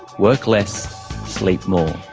work less sleep more.